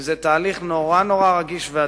זה תהליך נורא נורא רגיש ועדין.